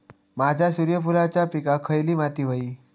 माझ्या सूर्यफुलाच्या पिकाक खयली माती व्हयी?